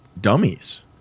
dummies